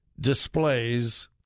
displays